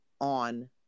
on